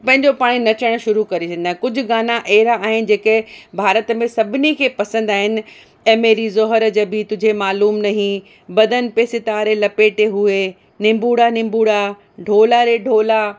पंहिंजो पाण नचणु शुरू करे छॾंदा कुझु गाना अहिड़ा आहिनि जेके भारत में सभिनी खे पसंदि आहिनि ए मेरी ज़ोहर जबी तुझे मालूम नही बदन पे सितारे लपेटे हुए निंबूड़ा निंबूड़ा ढोला रे ढोला